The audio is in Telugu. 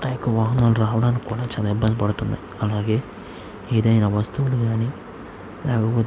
ఆయొక్క వాహనాలు రావడానికి కూడా చాలా ఇబ్బంది పడుతుంది అలాగే ఏదైనా వస్తువులు కానీ